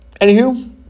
Anywho